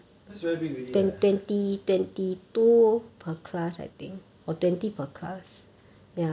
that's very big already leh